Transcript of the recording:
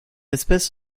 espèce